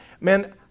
man